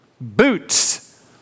boots